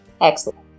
Excellent